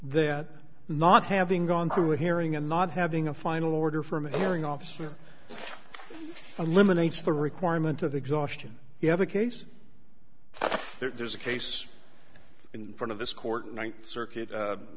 that not having gone through a hearing and not having a final order from a hearing officer eliminates the requirement of exhaustion you have a case there's a case in front of this court ninth circuit